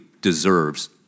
deserves